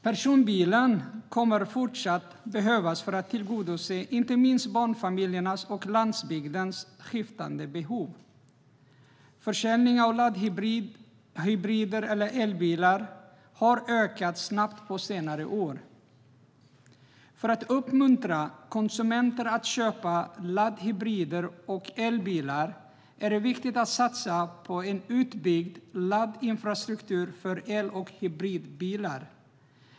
Personbilen kommer fortsatt att behövas för att tillgodose inte minst barnfamiljernas och landsbygdens skiftande behov. Försäljningen av laddhybrider och elbilar har ökat snabbt på senare år. För att uppmuntra konsumenter att köpa laddhybrider och elbilar är det viktigt att satsa på en utbyggd laddningsinfrastruktur för el och hybridbilar.